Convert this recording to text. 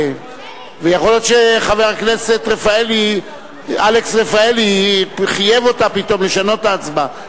יכול להיות שחבר הכנסת אלכס רפאלי חייב אותה פתאום לשנות את ההצבעה.